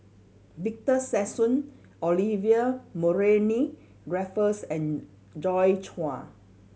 Victor Sassoon Olivia Mariamne Raffles and Joi Chua